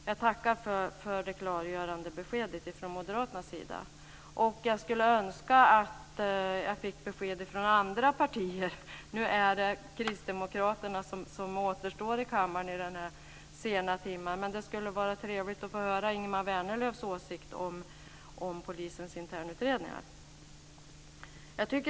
Jag tackar för det klargörande beskedet från Moderaternas sida. Jag skulle önska att jag kunde få besked från de andra partierna. Nu återstår bara Kristdemokraterna i kammaren i denna sena timme, men det skulle vara trevligt att höra Ingemar Vänerlövs åsikter om polisens internutredningar.